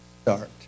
start